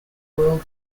world